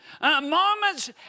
moments